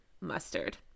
mustard